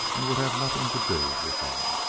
and would have nothing to do with them.